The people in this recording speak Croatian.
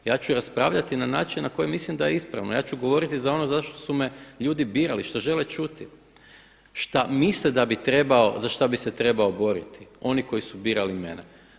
Ja ću raspravljati na način na koji mislim da je ispravno, ja ću govoriti za ono za što su me ljudi birali, šta žele čuti, šta misle za šta bi se trebao boriti oni koji su birali mene.